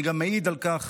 אני גם מעיד על כך